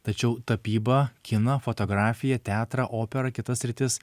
tačiau tapybą kiną fotografiją teatrą operą kitas sritis